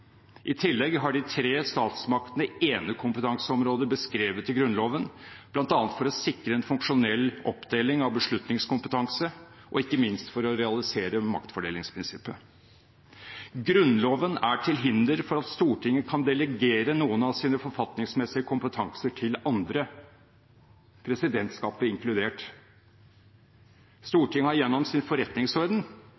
I tillegg har de tre statsmaktene enekompetanseområder beskrevet i Grunnloven, bl.a. for å sikre en funksjonell oppdeling av beslutningskompetanse og, ikke minst, for å realisere maktfordelingsprinsippet. Grunnloven er til hinder for at Stortinget kan delegere noen av sine forfatningsmessige kompetanser til andre, presidentskapet inkludert.